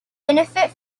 benefit